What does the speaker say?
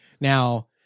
Now